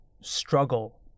struggle